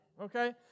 okay